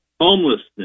homelessness